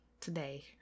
today